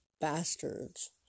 bastards